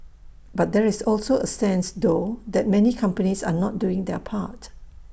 but there is also A sense though that many companies are not doing their part